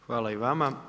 Hvala i vama.